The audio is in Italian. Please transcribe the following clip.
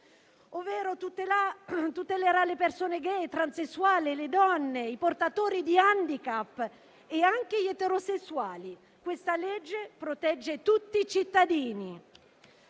ovvero tutelerà le persone gay, transessuali, le donne, i portatori di handicap e anche gli eterosessuali. Questo disegno di legge protegge tutti i cittadini!